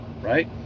Right